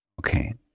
Okay